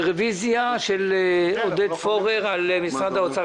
רוויזיה של חבר הכנסת עודד פורר על משרד האוצר.